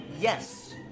Yes